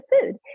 food